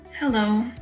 Hello